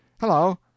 Hello